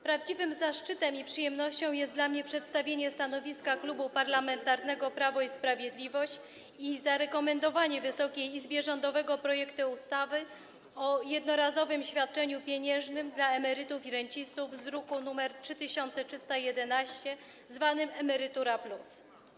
Prawdziwym zaszczytem i przyjemnością jest dla mnie przedstawienie stanowiska Klubu Parlamentarnego Prawo i Sprawiedliwość i zarekomendowanie Wysokiej Izbie rządowego projektu ustawy o jednorazowym świadczeniu pieniężnym dla emerytów i rencistów z druku nr 3311, zwanym „Emerytura+”